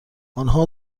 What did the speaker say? آنها